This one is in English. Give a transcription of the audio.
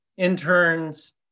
interns